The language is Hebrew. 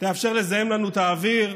תאפשר לזהם לנו את האוויר,